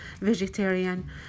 vegetarian